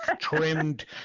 trimmed